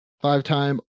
Five-time